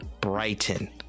Brighton